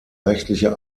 rechtliche